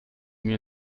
mir